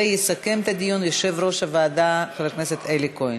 ויסכם את הדיון יושב-ראש הוועדה חבר הכנסת אלי כהן.